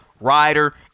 Ryder